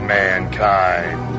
mankind